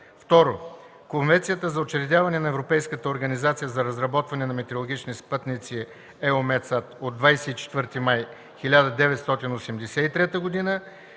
2. Конвенцията за учредяване на Европейската организация за разработване на метеорологични спътници (EUMETSAT) от 24 май 1983 г.